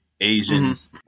Asians